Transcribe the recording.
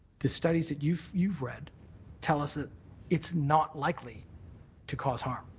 the studies that you've you've read tell us that it's not likely to cause harm?